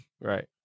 Right